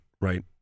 right